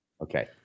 Okay